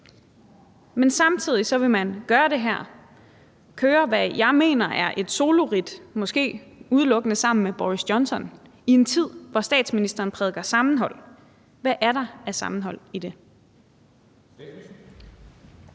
men samtidig vil man gøre det her, køre, hvad jeg mener er et soloridt, måske udelukkende sammen med Boris Johnson, i en tid, hvor statsministeren prædiker sammenhold. Hvad er der af sammenhold i det?